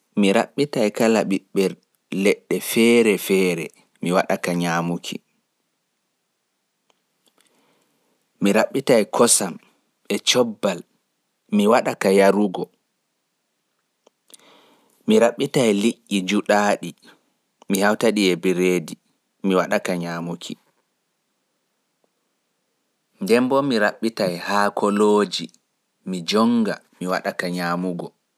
Raɓɓutu nyaama ɓiɓɓe leɗɗe, njara kosam e cobbal. Ndaɓɓita liƴƴi njuɗaaɗi kawtaaɗi e bireedi ngaɗa ka nyaamuki. Raɓɓutu haakoji fu kawta.